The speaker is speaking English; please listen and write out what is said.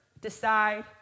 decide